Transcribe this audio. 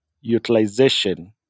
utilization